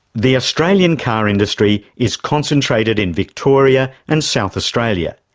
the australian car industry is concentrated in victoria and south australia,